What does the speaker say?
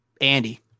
Andy